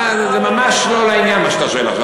זה ממש לא לעניין מה שאתה שואל עכשיו.